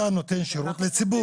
אתה נותן שירות לציבור.